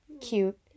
cute